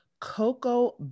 Coco